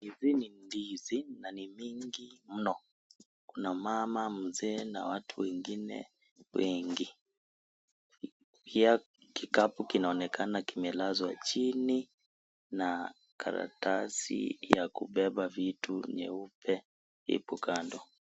Hizi ni ndizi na ni mingi mno. Kuna mama mzee na watu wengine wengi. Pia kikapu kinaonekana kimelazwa chini, na karatasi ya kubeba vitu nyeupe ipo kando.